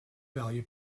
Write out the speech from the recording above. value